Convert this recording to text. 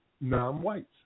non-whites